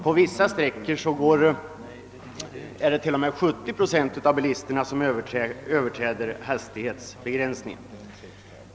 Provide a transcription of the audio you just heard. På vissa sträckor är det t.o.m. 70 procent av bilisterna som Ööverträder hastighetsgränserna.